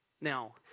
Now